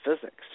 physics